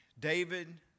David